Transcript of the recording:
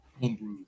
homebrew